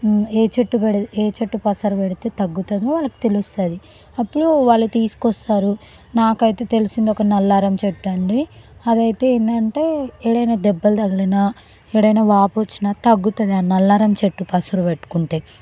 ఏ చెట్టు పెడి ఏ చెట్టు పసరు పెడితే తగ్గుతుందో వాళ్ళకి తెలుస్తుంది అప్పుడు వాళ్ళు తీసుకొస్తారు నాకైతే తెలిసింది ఒక నల్లారం చెట్టండి అదయితే ఏంటంటే ఏడైనా దెబ్బలు తగిలినా ఏడైనా వాపొచ్చినా తగ్గుతుంది ఆ నల్లారం చెట్టు పసురు పెట్టుకుంటే